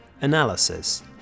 analysis